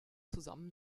zusammen